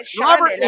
Robert